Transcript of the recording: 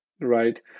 right